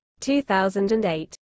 2008